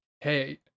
hey